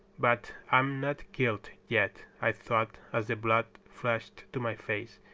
but i'm not killed yet, i thought, as the blood flushed to my face.